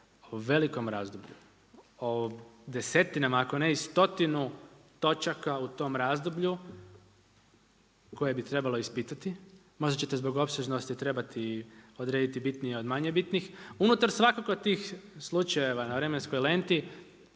o velikom razdoblju. O desetinama, ako ne i stotinu točaka u tom razdoblju, koje bi trebalo ispitati, možda ćete zbog opsežnosti trebati odrediti bitnije od manje bitnih. Unutar svakog od slučajeva na vremenskoj lenti,